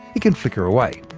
it can flicker away.